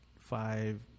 five